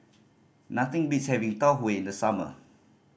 nothing beats having Tau Huay in the summer